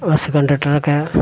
bus കണ്ടക്റ്ററൊക്കെ